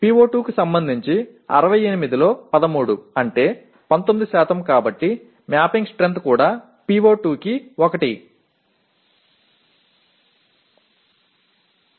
PO2 ஐப் பொறுத்தவரை 68 இல் 13 என்பது 19 ஆகும் எனவே கோப்பிட்ட வலிமையும் PO2 க்கு 1 ஆகும்